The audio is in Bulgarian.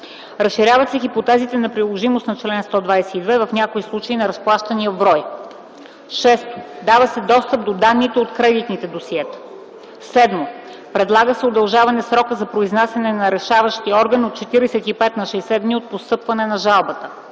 Разширяват се хипотезите на приложимост на чл. 122 в някои случаи на разплащания в брой. 6. Дава се достъп до данните от кредитните досиета. 7. Предлага се удължаване на срока за произнасяне на решаващия орган от 45 на 60 дни от постъпване на жалбата.